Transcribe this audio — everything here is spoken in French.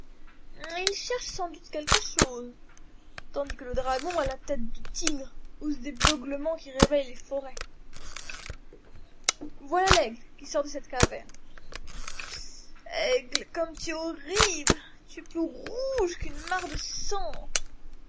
il cherche sans doute quelque chose tandis que le dragon à la tête de tigre pousse des beuglements qui réveillent les forêts voilà l'aigle qui sort de cette caverne aigle comme tu es horrible tu es plus rouge qu'une mare de sang